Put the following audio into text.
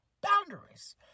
boundaries